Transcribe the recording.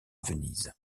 venise